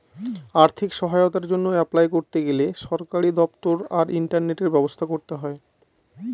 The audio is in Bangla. আর্থিক সহায়তার জন্য অ্যাপলাই করতে গেলে সরকারি দপ্তর আর ইন্টারনেটের ব্যবস্থা করতে হয়